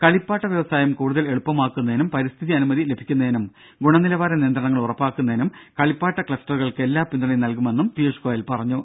കളിപ്പാട്ട വ്യവസായം കൂടുതൽ എളുപ്പമാക്കുന്നതിനും പരിസ്ഥിതി അനുമതി ലഭിക്കുന്നതിനും ഗുണനിലവാര നിയന്ത്രണങ്ങൾ ഉറപ്പാക്കുന്നതിനും കളിപ്പാട്ട ക്ലസ്റ്ററുകൾക്ക് എല്ലാ പിന്തുണയും നൽകുമെന്ന് അദ്ദേഹം പറഞ്ഞു